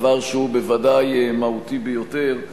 דבר שהוא בוודאי מהותי ביותר,